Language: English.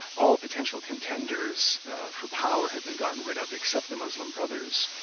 all potential contenders for power had been gotten rid of except the muslim brothers,